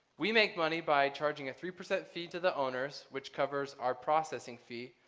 we make money by charging a three percent fee to the owners which covers our processing fee,